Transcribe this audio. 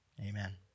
Amen